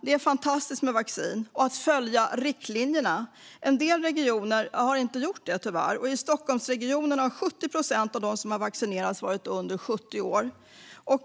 Det är fantastiskt med vaccin. Vi ska också följa riktlinjerna. En del regioner har tyvärr inte gjort det. I Stockholmsregionen har 70 procent av dem som har vaccinerats varit under 70 år.